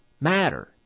matter